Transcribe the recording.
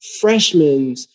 freshmen